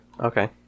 Okay